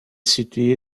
située